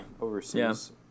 Overseas